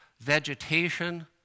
vegetation